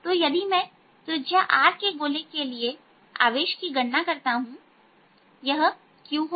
तो यदि मैं त्रिज्या r के गोले के लिए आवेश की गणना करता हूं यह q होगा